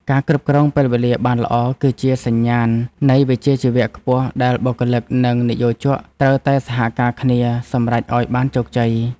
ការគ្រប់គ្រងពេលវេលាបានល្អ គឺជាសញ្ញាណនៃវិជ្ជាជីវៈខ្ពស់ដែលបុគ្គលិកនិងនិយោជកត្រូវតែសហការគ្នាសម្រេចឱ្យបានជោគជ័យ។